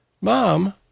Mom